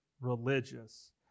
religious